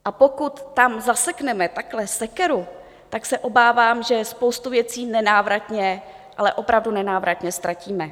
A pokud tam zasekneme takhle sekeru, tak se obávám, že spoustu věcí nenávratně, ale opravdu nenávratně ztratíme.